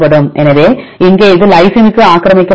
எனவே இங்கே இது லைசினுக்கு ஆக்கிரமிக்கப்பட்டுள்ளது